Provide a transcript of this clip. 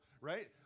right